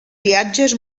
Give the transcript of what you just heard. viatges